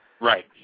Right